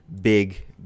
big